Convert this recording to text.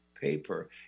paper